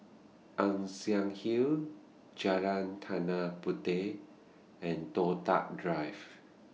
Ann Siang Hill Jalan Tanah Puteh and Toh Tuck Drive